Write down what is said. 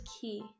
key